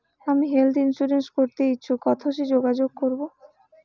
আমি health insurance করতে ইচ্ছুক কথসি যোগাযোগ করবো?